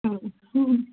ꯎꯝ ꯍꯨꯝ